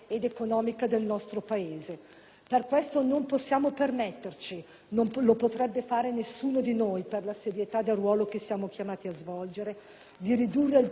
Per questo non possiamo permetterci - non lo potrebbe fare nessuno di noi per la serietà del ruolo che siamo chiamati a svolgere - di ridurre il tutto a propaganda, a demagogia